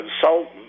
consultant